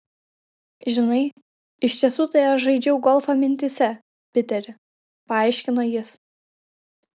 žinai iš tiesų tai aš žaidžiau golfą mintyse piteri paaiškino jis